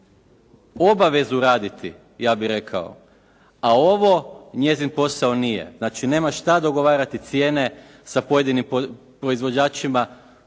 obavezu odraditi, ja bih rekao. A ovo njezin posao nije. Znači nema šta dogovarati cijene sa pojedinim proizvođačima,